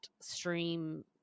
stream